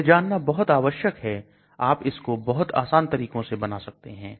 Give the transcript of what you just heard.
यह जानना बहुत आवश्यक है आप इसको बहुत आसान तरीकों से बना सकते हैं